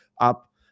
up